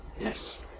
Yes